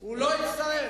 גם לא הצטרף